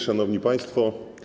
Szanowni Państwo!